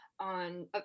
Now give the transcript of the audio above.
on